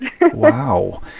Wow